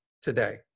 today